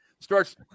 starts